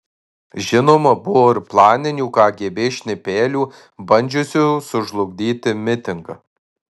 žinoma buvo ir planinių kgb šnipelių bandžiusių sužlugdyti mitingą